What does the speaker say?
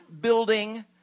building